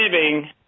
living